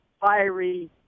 fiery